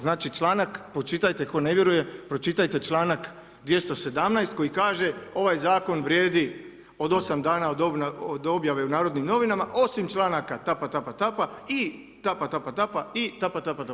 Znači članak, pročitajte tko ne vjeruje, pročitajte članak 217. koji kaže ovaj zakon vrijedi od 8 dana od objave u Narodnim novinama, osim članaka tapatapa i tapatapa i tapatapa.